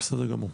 בסדר גמור.